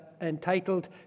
entitled